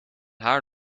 haar